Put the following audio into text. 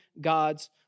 God's